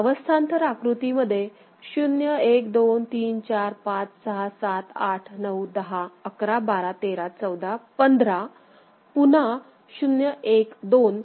आपण अवस्थांतर आकृतीमध्ये 0 1 2 3 4 5 6 7 8 9 10 11 12 13 14 15 पुन्हा 0 1 2